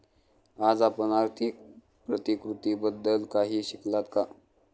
आज आपण आर्थिक प्रतिकृतीबद्दल काही शिकलात का?